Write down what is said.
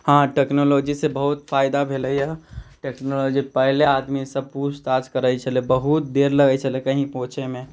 हँ टेक्नोलॉजी से बहुत फायदा भेलैया टेक्नोलॉजी पहिले आदमी सब पूछताछ करैत छलै बहुत देर लगैत छलै कहींँ पहुँचैमे